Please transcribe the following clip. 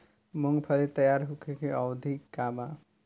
मूँगफली तैयार होखे के अवधि का वा?